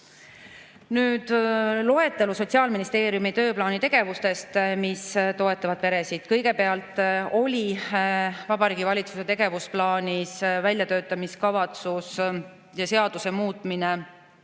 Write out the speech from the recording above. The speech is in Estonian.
Nüüd loetelu Sotsiaalministeeriumi tööplaani tegevustest, mis toetavad peresid. Kõigepealt oli Vabariigi Valitsuse tegevusplaanis perehüvitiste seaduse väljatöötamiskavatsus ja seaduse muutmine,